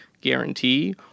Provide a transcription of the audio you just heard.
guarantee